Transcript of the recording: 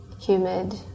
Humid